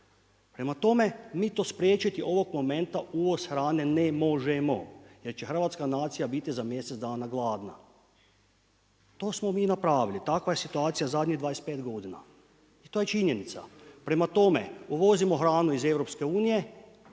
Prema tome, mi to spriječiti ovog momenta uvoz hrane ne možemo, jer će hrvatska nacija biti za mjesec dana gladna. To smo mi napravili, takva je situacija zadnjih 25 godina. To je činjenica, prema tome uvozimo hranu iz EU,